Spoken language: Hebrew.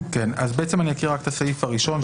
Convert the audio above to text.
בעצם אקריא רק את הסעיף הראשון,